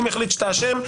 אם יחליט שאתה אשם,